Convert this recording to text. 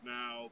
Now